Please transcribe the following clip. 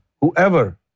Whoever